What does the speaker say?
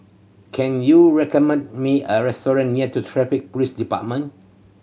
can you recommend me a restaurant near Traffic Police Department